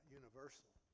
universal